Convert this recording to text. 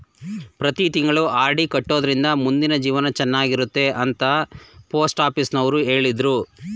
ಪ್ರತಿ ತಿಂಗಳು ಆರ್.ಡಿ ಕಟ್ಟೊಡ್ರಿಂದ ಮುಂದಿನ ಜೀವನ ಚನ್ನಾಗಿರುತ್ತೆ ಅಂತ ಪೋಸ್ಟಾಫೀಸುನವ್ರು ಹೇಳಿದ್ರು